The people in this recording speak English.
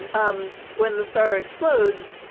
um when the star explodes,